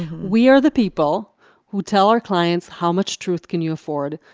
we are the people who tell our clients how much truth can you afford,